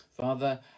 Father